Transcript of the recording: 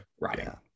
writing